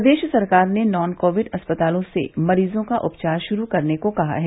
प्रदेश सरकार ने non covid अस्पतालों से मरीजों का उपचार शुरू करने को कहा है